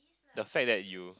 the fact that you